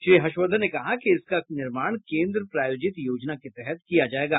श्री हर्षवर्द्वन ने कहा कि इसका निर्माण केन्द्र प्रायोजित योजना के तहत किया जायेगा